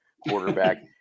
quarterback